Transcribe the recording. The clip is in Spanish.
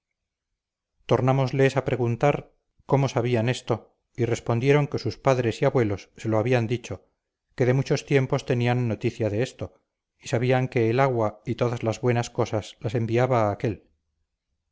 tornámosles a preguntar cómo sabían esto y respondieron que sus padres y abuelos se lo habían dicho que de muchos tiempos tenían noticia de esto y sabían que el agua y todas las buenas cosas las enviaba aquél